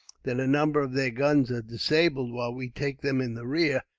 that a number of their guns are disabled while we take them in the rear,